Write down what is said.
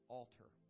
altar